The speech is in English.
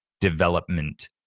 development